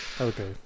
Okay